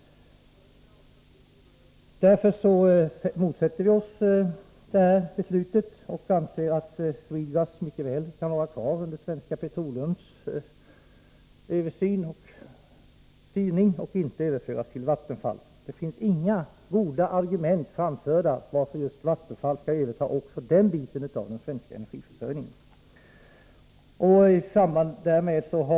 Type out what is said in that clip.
Därför motsätter vi oss att Vattenfall skall överta Swedegas och anser att Swedegas mycket väl kan vara kvar under Svenska Petroleums översyn och styrning. Det har inte framförts några goda argument för att just Vattenfall skall överta också den biten av den svenska energiförsörjningen.